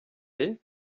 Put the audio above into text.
mais